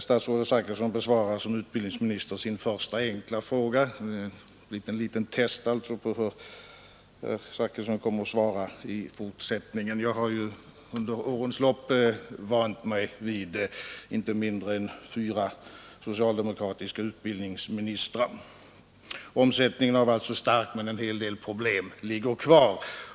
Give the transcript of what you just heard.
Statsrådet Zachrisson besvarar som utbildningsminister sin första enkla fråga — ett test alltså på hur herr Zachrisson kommer att svara i fortsättningen. Jag har under årens lopp vant mig vid inte mindre än fyra socialdemokratiska utbildningsministrar. Omsättningen har alltså varit stark, men en hel del problem ligger kvar.